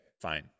Fine